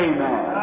Amen